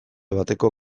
bateko